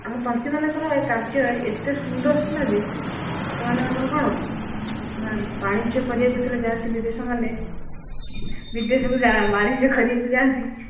ଆମ ତନ୍ତୀମାନଙ୍କର ଏ କାର୍ଯ୍ୟ ଏତେ ସୁନ୍ଦର ଥିଲା ଯେ ସେମାନଙ୍କର କ'ଣ ନା ବାଣିଜ୍ୟ କରିବାକୁ ଯେତେବେଳେ ଯାଆନ୍ତି ବିଦେଶମାନେ ବିଦେଶକୁ ବାଣିଜ୍ୟ କରିବାକୁ ଯାଆନ୍ତି